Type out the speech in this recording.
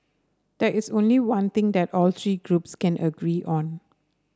there is only one thing that all three groups can agree on